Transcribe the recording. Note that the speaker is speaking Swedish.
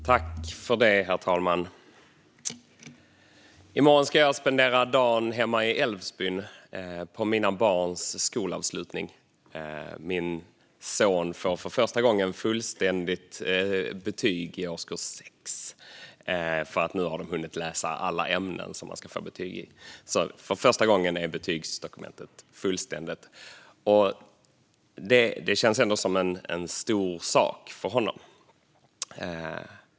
Herr talman! I morgon ska jag spendera dagen hemma i Älvsbyn på mina barns skolavslutning. Min son får för första gången fullständigt betyg i årskurs 6. Nu har de hunnit läsa alla ämnen som de får betyg i. För första gången är betygsdokumentet fullständigt. Det känns ändå som en stor sak för honom.